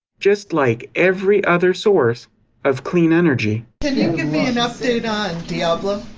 just like every other source of clean energy. can you give me an update on diablo?